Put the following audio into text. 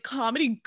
comedy